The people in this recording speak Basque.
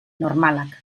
normalak